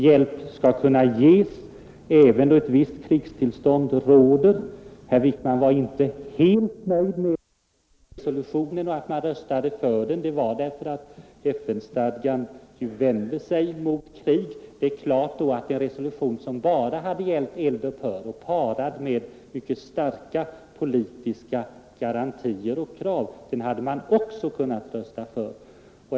Hjälp skall kunna ges även då ett visst krigstillstånd råder. Herr Wickman var inte helt nöjd med FN-resolutionen, och att man röstade för den berodde på att FN-stadgan ju vänder sig mot krig. Då är det klart att en resolution som bara hade gällt eld-upphör, parat med mycket starka politiska garantier och krav, hade Sverige också kunnat rösta för.